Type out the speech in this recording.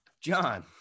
John